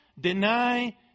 deny